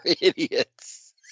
idiots